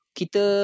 kita